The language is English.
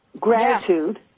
gratitude